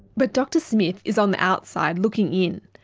but dr smith is on the outside looking in.